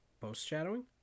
Post-shadowing